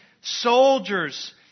soldiers